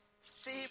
See